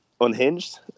unhinged